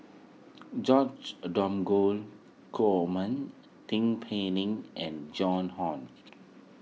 George Dromgold Coleman Tin Pei Ling and Joan Hon